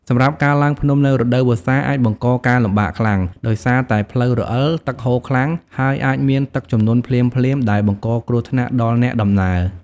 សម្រាប់ការឡើងភ្នំនៅរដូវវស្សាអាចបង្កការលំបាកខ្លាំង ដោយសារតែផ្លូវរអិល ទឹកហូរខ្លាំង ហើយអាចមានទឹកជំនន់ភ្លាមៗ ដែលបង្កគ្រោះថ្នាក់ដល់អ្នកដំណើរ។